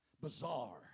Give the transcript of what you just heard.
bizarre